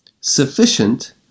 Sufficient